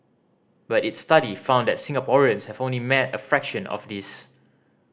but its study found that Singaporeans have only met a fraction of this